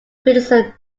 criticism